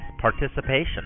participation